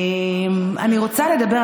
אני רוצה לדבר,